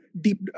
deep